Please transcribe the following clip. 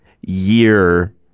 year